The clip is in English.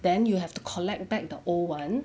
then you have to collect back the old one